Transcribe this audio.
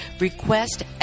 Request